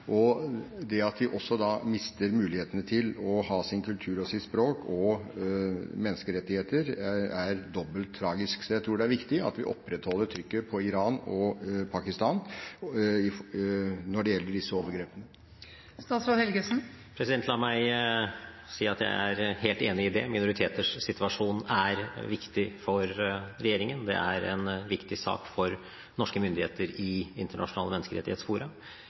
og det at de også mister mulighetene til å ha sin kultur og sitt språk og menneskerettigheter, er dobbelt tragisk. Så jeg tror det er viktig at vi opprettholder trykket på Iran og Pakistan når det gjelder disse overgrepene. La meg si at jeg er helt enig i det. Minoriteters situasjon er viktig for regjeringen, det er en viktig sak for norske myndigheter i internasjonale menneskerettighetsfora,